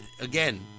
again